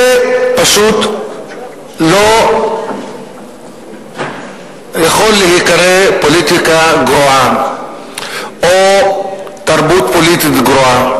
זה פשוט לא יכול להיקרא פוליטיקה גרועה או תרבות פוליטית גרועה,